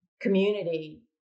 community